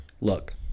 look